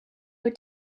were